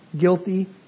Guilty